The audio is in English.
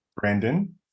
brandon